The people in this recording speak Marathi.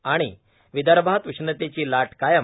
आणि विदर्भात उष्णतेची लाट कायम